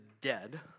dead